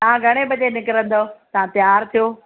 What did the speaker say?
तव्हां घणे बजे निकिरंदव तव्हां तयारु थियो